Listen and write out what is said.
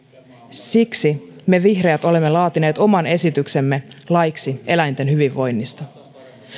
siksi me vihreät olemme laatineet oman esityksemme laiksi eläinten hyvinvoinnista